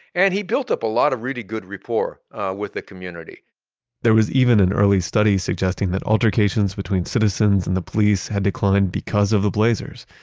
and he built up a lot of really good rapport with the community there was even an early study suggesting that altercations between citizens and the police had declined because of the blazers.